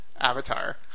Avatar